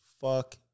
fuck